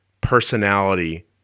personality